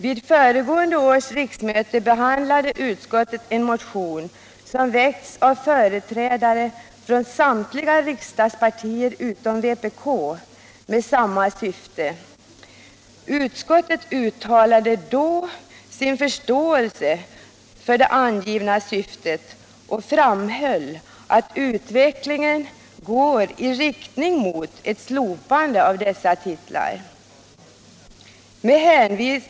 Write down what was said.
Vid föregående års riksmöte behandlade utskottet en motion, som väckts av företrädare för samtliga riksdagspartier utom vpk, med samma syfte. Utskottet uttalade då sin förståelse för det angivna syftet och framhöll att utvecklingen går i riktning mot ett slopande av dessa titlar.